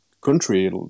country